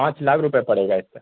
پانچ لاکھ روپے پڑے گا اس کا